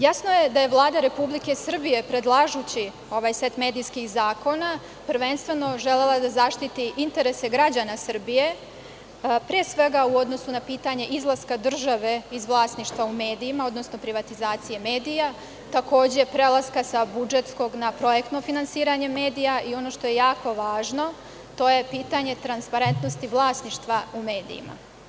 Jasno je da je Vlada Republike Srbije predlažući ovaj set medijskih zakona prvenstveno želela da zaštiti interese građana Srbije, pre svega u odnosu na pitanje izlaska države iz vlasništva u medijima, odnosno privatizacije medija, takođe prelaska sa budžetskog na projektno finansiranje medija i ono što je jako važno, to je pitanje transparentnosti vlasništva u medijima.